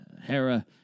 Hera